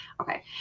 Okay